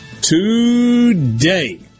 today